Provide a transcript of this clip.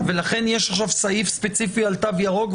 ולכן יש עכשיו סעיף ספציפי על תו ירוק,